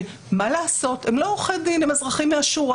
מה לעשות, הם לא עורכי דין, הם אזרחים מהשורה.